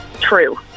True